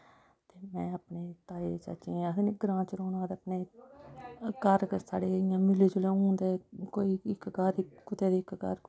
ते में अपने ताएं चाचें आखदे निं ग्रांऽ च रौह्ना होऐ ते अपने घर गै साढ़े इ'यां मिले जुले होन ते कोई इक घर कुतै ते इक घऱ कुतै